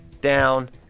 down